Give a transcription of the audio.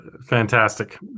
fantastic